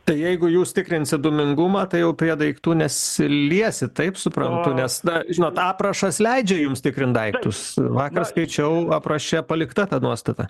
tai jeigu jūs tikrinsit dūmingumą tai jau prie daiktų nesiliesit taip suprantu nes na žinot aprašas leidžia jums tikrint daiktus vakar skaičiau apraše palikta ta nuostata